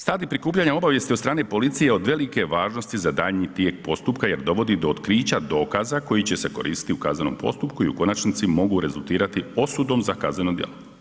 Stadij prikupljanja obavijesti od strane policije od velike je važnosti za daljnji tijek postupka jer dovodi do otkrića dokaza koji će se koristiti u kaznenom postupku i u konačnici mogu rezultirati osudom za kazneno djelo.